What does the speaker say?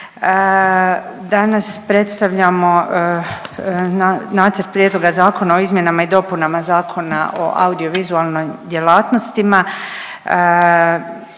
Danas predstavljamo Nacrt prijedloga zakona o izmjenama i dopunama Zakona o audiovizualnoj djelatnostima.